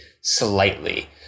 slightly